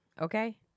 okay